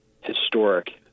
historic